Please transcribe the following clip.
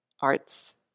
arts